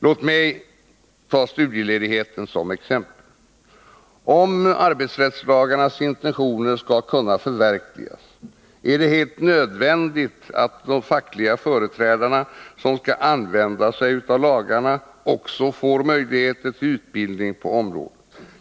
Låt mig bara ta studieledigheten som exempel. Om arbetsrättslagarnas intentioner skall kunna förverkligas, är det helt nödvändigt att de fackliga företrädare som skall använda sig av lagarna också får möjligheter till utbildning på området.